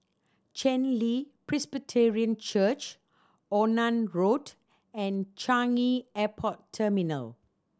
Chen Li Presbyterian Church Onan Road and Changi Airport Terminal